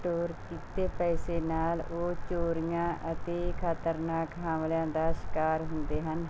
store ਕੀਤੇ ਪੈਸੇ ਨਾਲ ਉਹ ਚੋਰੀਆਂ ਅਤੇ ਖਤਰਨਾਕ ਹਮਲਿਆਂ ਦਾ ਸ਼ਿਕਾਰ ਹੁੰਦੇ ਹਨ